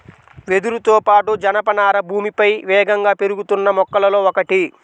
వెదురుతో పాటు, జనపనార భూమిపై వేగంగా పెరుగుతున్న మొక్కలలో ఒకటి